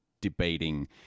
debating